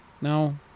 No